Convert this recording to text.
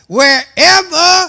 wherever